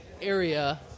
area